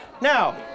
Now